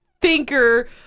thinker